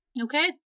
Okay